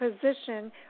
position